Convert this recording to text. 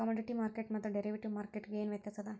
Commodity ಮಾರ್ಕೆಟ್ಗು ಮತ್ತ derivative ಮಾರ್ಕೆಟ್ಗು ಏನ್ ವ್ಯತ್ಯಾಸದ?